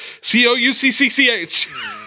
C-O-U-C-C-C-H